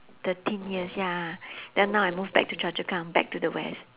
thirteen years ya then now I move back to choa chu kang back to the west